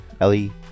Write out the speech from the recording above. Ellie